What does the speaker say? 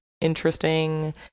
interesting